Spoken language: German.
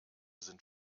sind